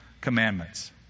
commandments